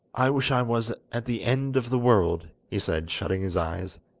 i wish i was at the end of the world he said, shutting his eyes,